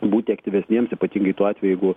būti aktyvesniems ypatingai tuo atveju jeigu